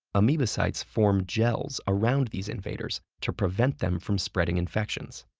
amebocytes form gels around these invaders to prevent them from spreading infections.